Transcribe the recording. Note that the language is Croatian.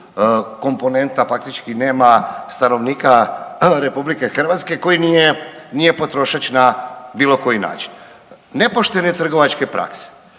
komponenta, faktički nema stanovnika Republike Hrvatske koji nije potrošač na bilo koji način. Nepoštene trgovačke prakse